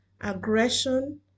aggression